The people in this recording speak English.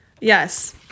Yes